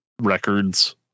records